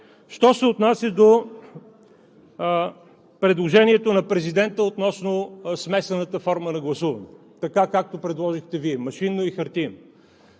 Що се отнася до предложението на президента относно смесената форма на гласуване, както предложихте Вие – машинно и хартиено.